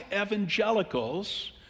evangelicals